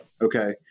Okay